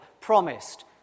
promised